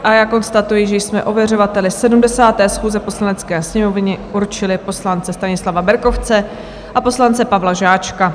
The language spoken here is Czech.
A já konstatuji, že jsme ověřovateli 70. schůze Poslanecké sněmovny určili poslance Stanislava Berkovce a poslance Pavla Žáčka.